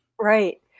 Right